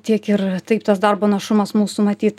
tiek ir taip tas darbo našumas mūsų matyt